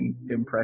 impression